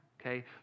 okay